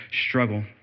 struggle